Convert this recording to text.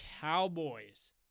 Cowboys